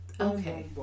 Okay